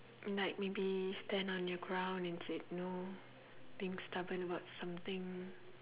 like maybe stand on your ground and said no being stubborn about something